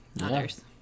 others